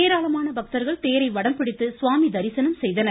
ஏராளமான பக்தர்கள் தேரை வடம்பிடித்து சுவாமி தரிசனம் செய்தனர்